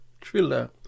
Triller